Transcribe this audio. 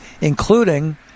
including